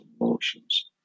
emotions